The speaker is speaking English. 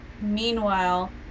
meanwhile